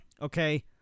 okay